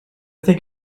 think